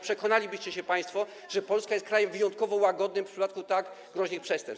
Przekonalibyście się państwo, że Polska jest krajem wyjątkowo łagodnym w przypadku tak groźnych przestępstw.